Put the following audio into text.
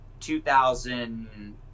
2000